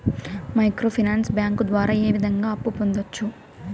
micro finance bank ద్వారా ఏ విధంగా అప్పు పొందొచ్చు